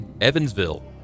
Evansville